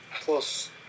plus